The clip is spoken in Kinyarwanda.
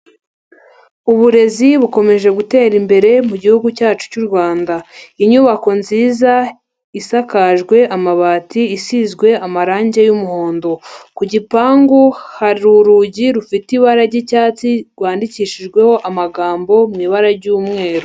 Uburezi bukomeje gutera imbere mu gihugu cyacu cyu Rwanda. Inyubako nziza isakajwe amabati, isizwe amarange y'umuhondo. Ku gipangu hari urugi rufite ibara ry'icyatsi rwandikishijweho amagambo mu ibara ry'umweru.